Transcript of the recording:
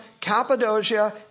Cappadocia